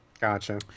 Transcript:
Gotcha